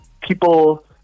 people